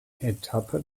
etappe